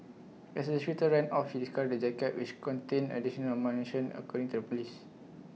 as the shooter ran off he the jacket which contained additional ammunition according to the Police